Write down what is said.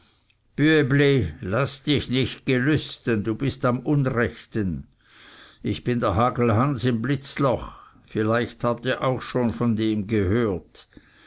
laß dich nicht gelüsten du bist am unrechten ich bin der hagelhans im blitzloch vielleicht habt ihr auch schon von dem gehört